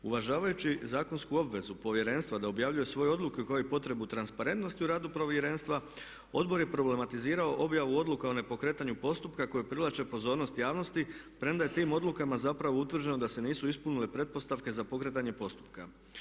Uvažavajući zakonsku obvezu Povjerenstva da objavljuje svoje odluke kao i potrebu transparentnosti u radu Povjerenstva, Odbor je problematizirao objavu odluka o nepokretanju postupka koje privlače pozornost javnosti premda je tim odlukama zapravo utvrđeno da se nisu ispunile pretpostavke za pokretanje postupka.